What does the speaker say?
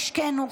משקנו,